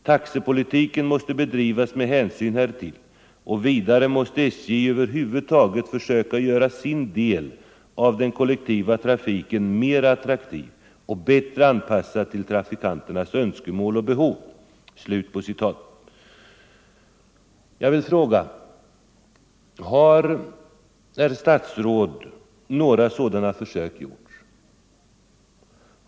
Taxepolitiken måste bedrivas med tanke härpå, och vidare måste SJ över huvud taget försöka göra sin del av den kollektiva trafiken mera attraktiv och bättre anpassad till trafikanternas önskemål och behov.” Jag vill fråga: Har, herr statsråd, några sådana försök gjorts?